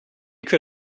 could